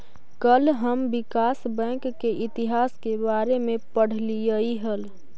कल हम विकास बैंक के इतिहास के बारे में पढ़लियई हल